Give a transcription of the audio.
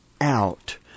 out